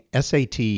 SAT